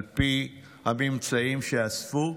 על פי הממצאים שאספו,